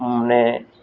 ને